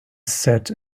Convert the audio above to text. sets